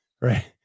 right